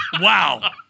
Wow